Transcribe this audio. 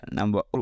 number